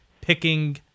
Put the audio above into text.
picking